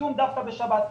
צמצום דווקא בשבת.